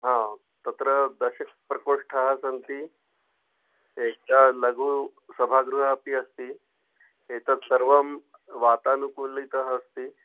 हां तत्र दशप्रकोष्ठाः सन्ति एकम लघु सभागृहम् अपि अस्ति एतत् सर्वं वातानुकूलितम् अस्ति